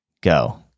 go